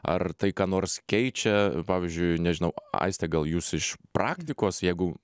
ar tai ką nors keičia pavyzdžiui nežinau aiste gal jūs iš praktikos jeigu